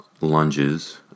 Lunges